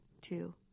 two